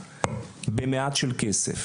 במעט של כסף.